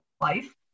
life